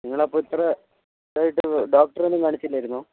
നിങ്ങളപ്പോൾ ഇത്ര ആയിട്ട് ഡോക്ടറെ ഒന്നും കാണിച്ചില്ലായിരുന്നോ